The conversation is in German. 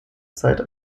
zeit